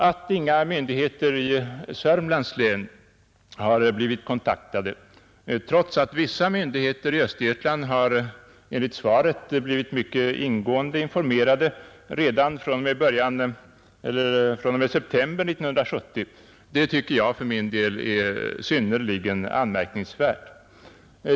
Att inga myndigheter i Sörmlands län har blivit kontaktade, trots att vissa myndigheter i Östergötlands län enligt svaret har blivit mycket ingående informerade redan fr.o.m. september 1970, tycker jag för min del är synnerligen anmärkningsvärt.